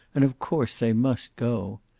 and of course they must go.